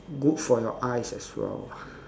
good for your eyes as well